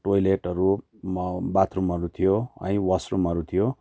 टोइलेटहरू बाथरूमहरू थियो है वासरूमहरू थियो